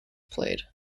played